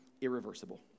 irreversible